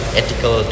ethical